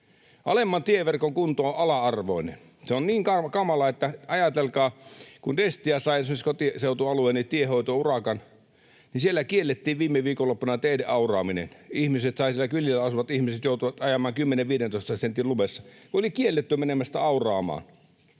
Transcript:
Alemman tieverkon kunto on ala-arvoinen. Se on niin kamala, että ajatelkaa, kun Destia sai esimerkiksi kotiseutualueeni tiehoitourakan, niin siellä kiellettiin viime viikonloppuna teiden auraaminen. Siellä kylillä asuvat ihmiset joutuivat ajamaan 10—15 sentin lumessa. Oli kielletty menemästä auraamaan.